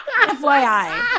fyi